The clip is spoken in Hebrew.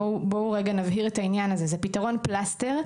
בואו רגע נבהיר את העניין הזה: זה פיתרון פלסטר,